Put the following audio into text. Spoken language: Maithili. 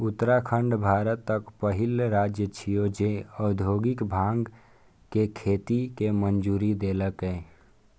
उत्तराखंड भारतक पहिल राज्य छियै, जे औद्योगिक भांग के खेती के मंजूरी देलकै